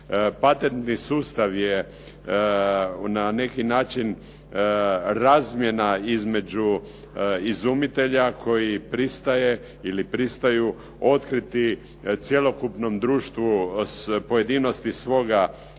Patentni sustav je na neki način razmjena između izumitelja koji pristaje ili pristaju otkriti cjelokupnom društvu pojedinosti svoga